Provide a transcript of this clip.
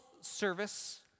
service